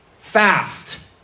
Fast